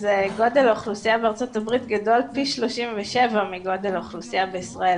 אז גודל האוכלוסייה בארה"ב גדול פי 37 מגודל האוכלוסייה בישראל,